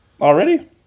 Already